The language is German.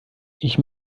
ich